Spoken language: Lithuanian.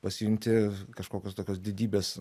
pasijunti kažkokios tokios didybės